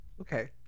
Okay